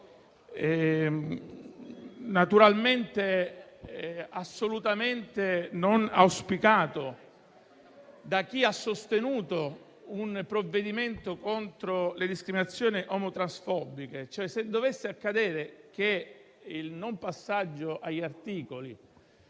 naturalmente cosa assolutamente non auspicata da chi ha sostenuto un provvedimento contro le discriminazioni omotransfobiche - la richiesta di non passaggio agli articoli.